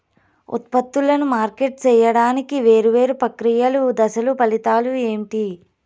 ఉత్పత్తులను మార్కెట్ సేయడానికి వేరువేరు ప్రక్రియలు దశలు ఫలితాలు ఏంటి?